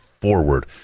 forward